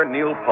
Neil